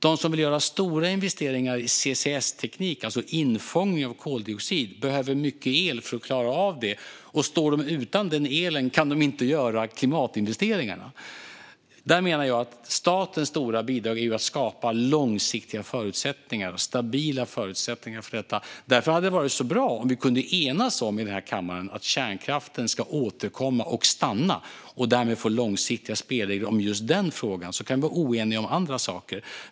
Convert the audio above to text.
De som vill göra stora investeringar i CCS-teknik, det vill säga infångning av koldioxid, behöver mycket el för att klara av det. Står de utan den elen kan de inte göra klimatinvesteringarna. Statens stora bidrag är ju att skapa långsiktiga och stabila förutsättningar för detta. Därför hade det varit bra om vi hade kunnat enas i kammaren om att kärnkraften ska återkomma och stanna och därmed få långsiktiga spelregler för den frågan. Sedan kan vi vara oeniga om andra saker.